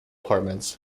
apartments